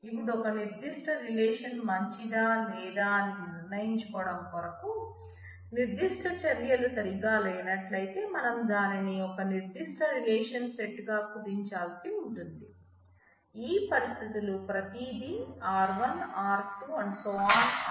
ఇప్పుడు ఒక నిర్ధిష్ట రిలేషన్ మంచిదా లేదా అనేది నిర్ణయించుకోవడం కొరకు నిర్ధిష్ట చర్యలు సరిగ్గా లేనట్లయితే మనం దానిని ఒక నిర్ధిష్ట రిలేషన్స్ సెట్ గా కుదించాల్సి ఉంటుంది ఈ పరిస్థితులు ప్రతిదీ R1 R2